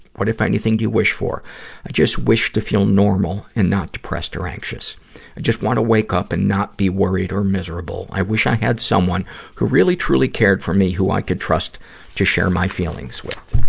what, if anything, do you wish for? i just wish to feel normal, and not depressed or anxious. i just wanna wake up and not be worried or miserable. i wish i had someone who really, truly cared for me who i could trust to share my feelings with.